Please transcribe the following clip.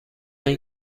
این